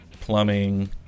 plumbing